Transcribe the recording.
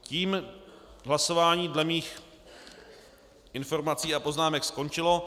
Tím hlasování dle mých informací a poznámek skončilo.